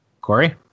Corey